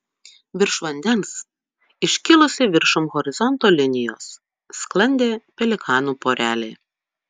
virš vandens iškilusi viršum horizonto linijos sklandė pelikanų porelė